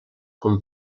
com